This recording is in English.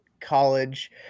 college